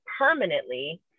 permanently